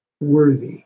worthy